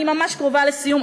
אני ממש קרובה לסיום.